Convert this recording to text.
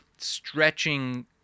stretching